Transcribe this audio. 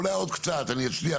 אולי עוד קצת אני אצליח,